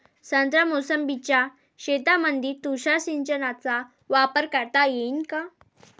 संत्रा मोसंबीच्या शेतामंदी तुषार सिंचनचा वापर करता येईन का?